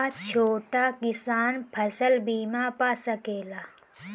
हा छोटा किसान फसल बीमा पा सकेला?